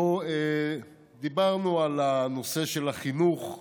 דיברנו על הנושא של החינוך,